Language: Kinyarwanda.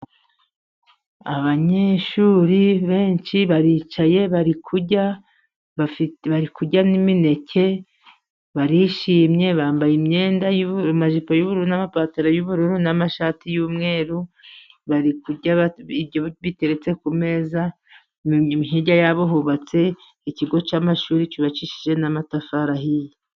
Abanyeshuri benshi baricaye bari kurya, bari kurya n'imineke, barishimye, bambaye imyenda, amajipo y'uburu n'amapataro y'ubururu n'amashati y'umweru, bari kurya ibiryo biteretse ku meza, hirya ya bo hubatse ikigo cy'amashuri, cyubakishije n'amatafari ahiye.